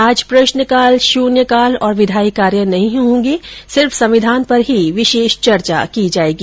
आज प्रश्नकाल शुन्यकाल और विधायी कार्य नहीं होगें सिर्फ संविधान पर ही विशेष चर्चा की जाएगी